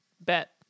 Bet